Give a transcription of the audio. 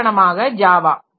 உதாரணமாக ஜாவா